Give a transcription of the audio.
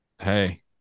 Hey